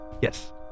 Yes